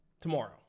tomorrow